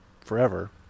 forever